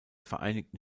vereinigten